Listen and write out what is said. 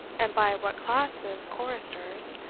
and by what class of choristers,